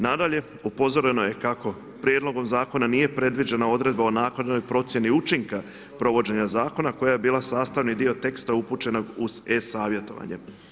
Nadalje, upozoreno je kako prijedlogom zakona, nije predviđena odredba o naknadnoj procijeni učinka provođenja zakona, koja bi bila sastavni dio teksta upućeno uz e-savjetovanje.